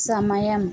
సమయం